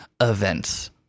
events